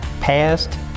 past